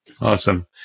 Awesome